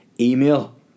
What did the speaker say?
email